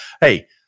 Hey